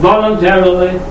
Voluntarily